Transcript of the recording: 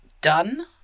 done